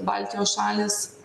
baltijos šalys